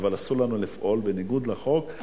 אבל אסור לנו לפעול בניגוד לחוק,